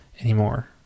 anymore